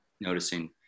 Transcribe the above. noticing